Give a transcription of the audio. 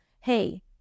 Hey